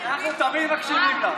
אנחנו תמיד מקשיבים לך.